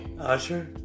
Usher